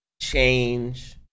change